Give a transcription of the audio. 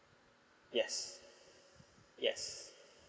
yes yes